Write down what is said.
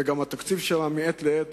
וגם התקציב שלה נמצא מעת לעת